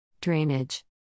Drainage